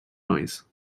noise